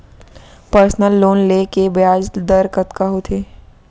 Personal loan ले के ब्याज दर कतका होथे?